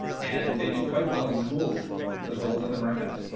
and they do quite well in schools as well as other markets.